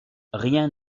rien